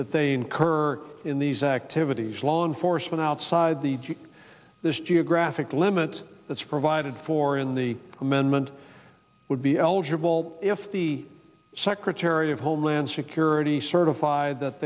that they incur in these activities law enforcement outside the this geographic limit that's provided for in the amendment would be eligible if the secretary of homeland security certified that